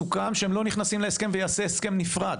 סוכם שהם לא נכנסים להסכם והם יעשו הסכם נפרד.